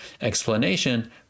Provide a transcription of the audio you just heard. explanation